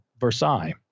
Versailles